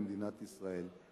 למדינת ישראל.